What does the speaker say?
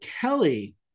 Kelly